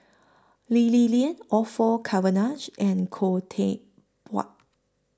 Lee Li Lian Orfeur Cavenagh and Khoo Teck Puat